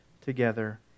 together